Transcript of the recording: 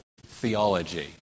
theology